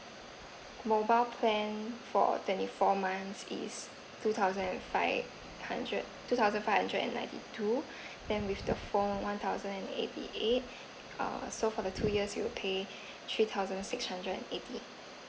mobile plan for twenty four months is two thousand and five hundred two thousand five hundred and ninety two then with the phone one thousand and eighty eight uh so for the two years you'll pay three thousand six hundred and eighty